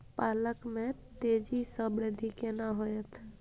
पालक में तेजी स वृद्धि केना होयत?